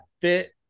fit